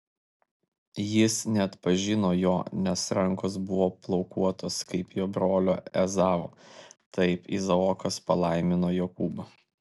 jis neatpažino jo nes rankos buvo plaukuotos kaip jo brolio ezavo taip izaokas palaimino jokūbą